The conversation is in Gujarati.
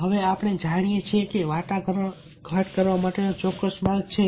હવે વાટાઘાટો કરવા માટેનો ચોક્કસ માર્ગ છે